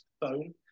phone